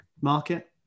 market